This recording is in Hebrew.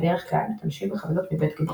בדרך כלל משתמשים בחבילות מבית גנו,.